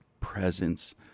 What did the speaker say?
presence